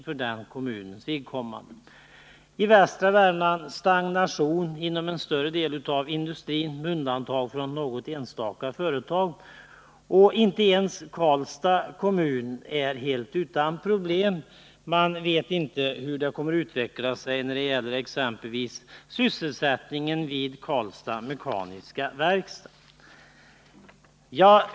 I västra Värmland råder stagnation inom en större del av industrin med undantag för något enstaka företag. Inte ens Karlstads kommun är helt utan problem. Man vet inte hur det kommer att bli när det gäller exempelvis sysselsättningen vid AB Karlstads Mekaniska Verkstad.